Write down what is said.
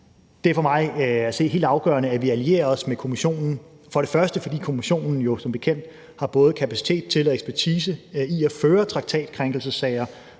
Det er for mig at se helt afgørende, at vi allierer os med Kommissionen, for det første fordi Kommissionen jo som bekendt både har kapacitet til og ekspertise i at føre traktatkrænkelsessager